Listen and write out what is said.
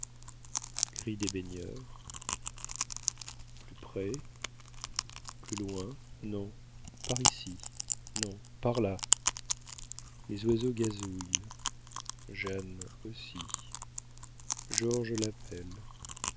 cris des baigneurs plus près plus loin non par ici non par là les oiseaux gazouillent jeanne aussi georges l'appelle